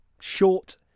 Short